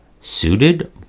suited